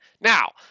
Now